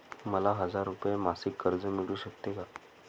मला हजार रुपये मासिक कर्ज मिळू शकते का?